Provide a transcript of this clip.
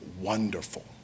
wonderful